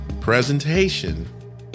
Presentation